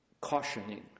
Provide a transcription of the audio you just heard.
cautioning